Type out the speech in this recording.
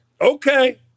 okay